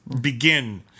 begin